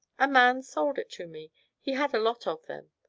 a man sold it to me he had a lot of them.